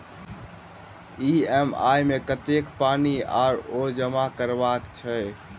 EMI मे कतेक पानि आओर जमा करबाक छैक?